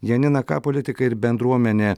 janina ką politikai ir bendruomenė